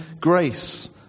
grace